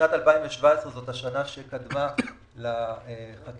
בשנת 2017 זו השנה שקדמה לחקיקה